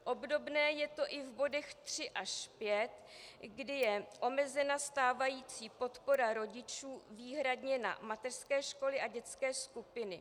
Obdobné je to i v bodech 3 až 5, kdy je omezena stávající podpora rodičů výhradně na mateřské školy a dětské skupiny.